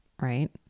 right